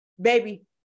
baby